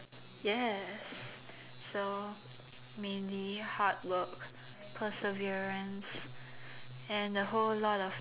ya so mainly hard work perseverance and a whole lot of